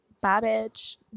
Babbage